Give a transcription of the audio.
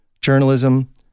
journalism